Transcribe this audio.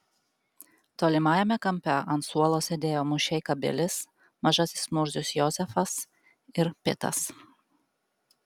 tolimajame kampe ant suolo sėdėjo mušeika bilis mažasis murzius jozefas ir pitas